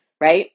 right